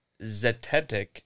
zetetic